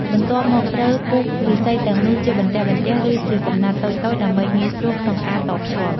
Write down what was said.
បន្ទាប់មកត្រូវពុះឬស្សីទាំងនោះជាបន្ទះៗ ឬជាកំណាត់តូចៗដើម្បីងាយស្រួលក្នុងការតភ្ជាប់។